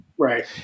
Right